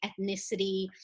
ethnicity